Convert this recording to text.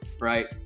right